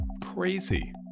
crazy